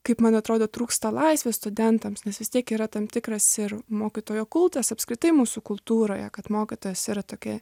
kaip man atrodo trūksta laisvės studentams nes vis tiek yra tam tikras ir mokytojo kultas apskritai mūsų kultūroje kad mokytojas yra tokia